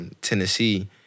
Tennessee